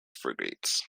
frigates